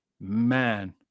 man